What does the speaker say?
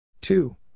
two